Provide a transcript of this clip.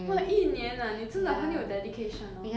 !wah! 一年 ah 你真的很有 dedication orh